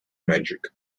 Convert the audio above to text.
magic